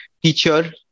teacher